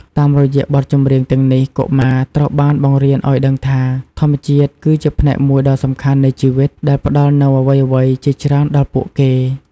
តាមរយៈបទចម្រៀងទាំងនេះ កុមារត្រូវបានបង្រៀនឲ្យដឹងថា ធម្មជាតិគឺជាផ្នែកមួយដ៏សំខាន់នៃជីវិត ដែលផ្ដល់នូវអ្វីៗជាច្រើនដល់ពួកគេ។